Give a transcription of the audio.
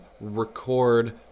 record